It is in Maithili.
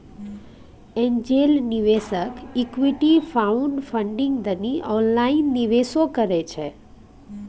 एंजेल निवेशक इक्विटी क्राउडफंडिंग दनी ऑनलाइन निवेशो करइ छइ